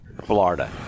Florida